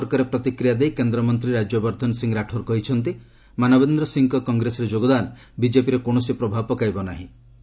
ଏ ସମ୍ପର୍କରେ ପ୍ରତିକ୍ରିୟା ଦେଇ କେନ୍ଦ୍ରମନ୍ତ୍ରୀ ରାଜ୍ୟବର୍ଦ୍ଧନ ସିଂ ରାଠୋର୍ କହିଛନ୍ତି ମାନବେନ୍ଦ୍ର ସିଂଙ୍କ କଂଗ୍ରେସରେ ଯୋଗଦାନ ବିକେପିରେ କୌଣସି ପ୍ରଭାବ ପକାଇବ ନାହିଁ